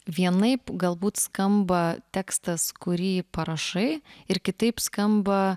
vienaip galbūt skamba tekstas kurį parašai ir kitaip skamba